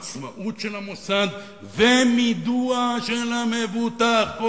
עצמאות של המוסד ומידוע של המבוטח.